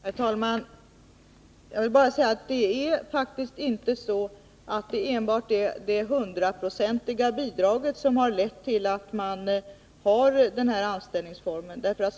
Herr talman! Jag vill bara säga att det faktiskt inte är så att det enbart är det hundraprocentiga bidraget som har lett till att den här anställningsformen finns.